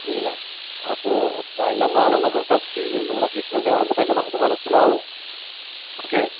ഇല്ല അപ്പോൾ ആ എല്ലാം നാളെ നമ്മൾ ടെസ്റ്റ് ചെയ്യും നിങ്ങടെ ഫിറ്റ്നസ് കാണുമ്പൊൾ തന്നെ നമുക്ക് മനസ്സിലാവും ഓക്കെ